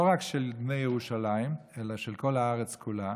לא רק של בני ירושלים אלא של כל הארץ כולה.